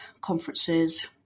conferences